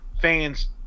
fans